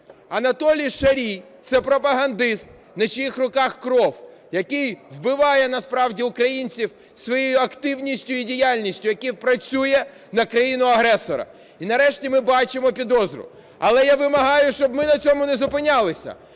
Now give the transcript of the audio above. Анатолій Шарій – це пропагандист, на чиїх руках кров, який вбиває насправді українців своєю активністю і діяльністю, який працює на країну-агресора. І нарешті ми бачимо підозру. Але я вимагаю, щоб ми на цьому не зупинялися,